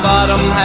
bottom